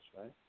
Right